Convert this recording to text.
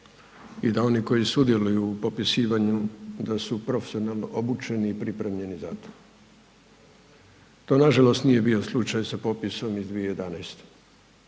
i da oni koji sudjeluju u popisivanju da su profesionalno obučeni i pripremljeni za to. To nažalost nije bio slučaj sa popisom iz 2011.,